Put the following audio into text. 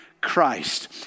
Christ